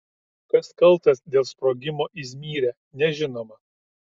kas kaltas dėl sprogimą izmyre nežinoma